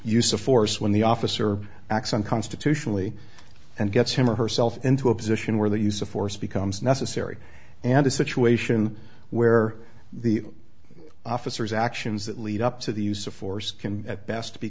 use of force when the officer acts on constitutionally and gets him or herself into a position where the use of force becomes necessary and a situation where the officer's actions that lead up to the use of force can at best